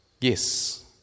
Yes